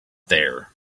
there